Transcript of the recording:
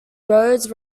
roads